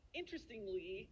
interestingly